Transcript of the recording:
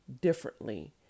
differently